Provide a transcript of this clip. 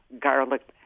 garlic